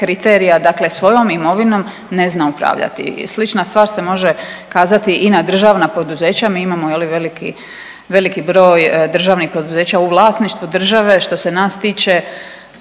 kriterija dakle svojom imovinom ne zna upravljati. Slična stvar se može kazati i na državna poduzeća, mi imamo veliki broj državnih poduzeća u vlasništvu države, što se nas tiče